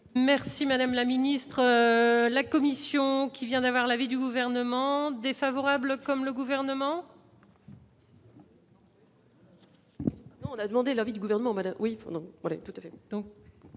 Merci madame la ministre, la commission qui vient d'avoir l'avis du gouvernement défavorable comme le gouvernement. On a demandé l'avis du gouvernement Madame oui tout à fait,